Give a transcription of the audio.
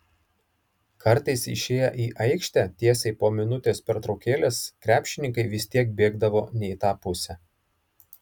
kartais išėję į aikštę tiesiai po minutės pertraukėlės krepšininkai vis tiek bėgdavo ne į tą pusę